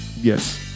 yes